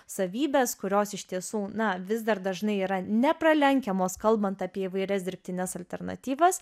savybes kurios iš tiesų na vis dar dažnai yra nepralenkiamos kalbant apie įvairias dirbtines alternatyvas